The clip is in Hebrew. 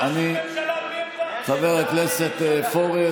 חבר הכנסת פורר,